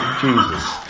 Jesus